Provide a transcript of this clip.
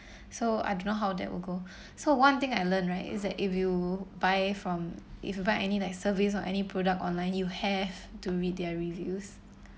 so I don't know how that will go so one thing I learnt right is that if you buy from if you buy any like service on any product online you have to read their reviews like ya you have to read the reviews